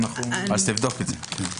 אז תבדוק את זה.